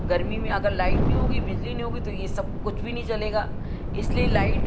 और गर्मी में अगर लाइट नहीं होगी बिजली नहीं होगी तो यह सब कुछ भी नहीं जलेगा इसलिए लाइट